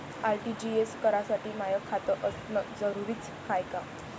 RTGS करासाठी माय खात असनं जरुरीच हाय का?